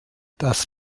das